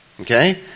Okay